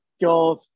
God